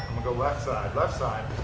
go left side, left side.